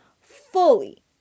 fully